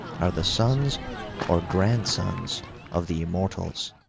are the sons or grandsons of the immortals.